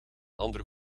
ander